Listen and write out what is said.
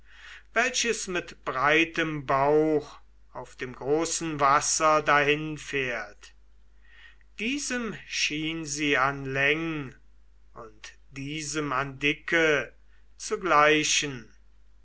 welches mit breitem bauch auf dem großen wasser dahinfährt diesem schien sie an läng und diesem an dicke zu gleichen